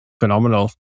phenomenal